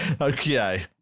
Okay